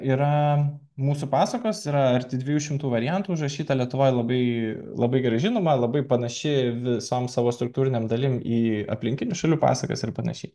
yra mūsų pasakos yra arti dviejų šimtų variantų užrašyta lietuvoje labai labai gerai žinoma labai panaši visom savo struktūriniam dalims į aplinkinių šalių pasakas ir panašiai